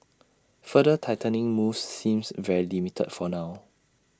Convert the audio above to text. further tightening moves seems very limited for now